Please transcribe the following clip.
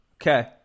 okay